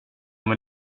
med